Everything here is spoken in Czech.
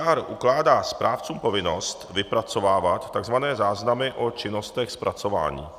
GDPR ukládá správcům povinnost vypracovávat tzv. záznamy o činnostech zpracování.